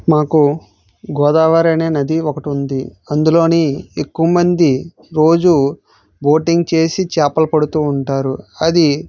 మాకు గోదావరి అనే నది ఒకటి ఉంది అందులో ఎక్కువ మంది రోజు బోటింగ్ చేసి చేపలు పడుతు ఉంటారు అది